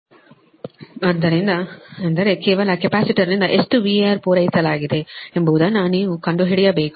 ಪ್ರಸರಣ ಲೈನ್'ಗಳ ಗುಣಲಕ್ಷಣ ಮತ್ತು ಕಾರ್ಯಕ್ಷಮತೆಮುಂದುವರೆದ ಆದ್ದರಿಂದ ಅಂದರೆ ಕೇವಲ ಕೆಪಾಸಿಟರ್ನಿಂದ ಎಷ್ಟು VAR ಪೂರೈಸಲಾಗಿದೆ ಎಂಬುದನ್ನು ನೀವು ಕಂಡುಹಿಡಿಯಬೇಕು